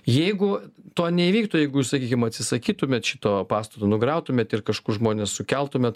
jeigu to neįvyktų jeigujūs sakykim atsisakytumėt šito pastato nugriautumėt ir kažkur žmones sukeltumėt